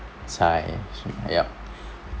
sigh yup